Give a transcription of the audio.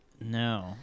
No